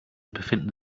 befinden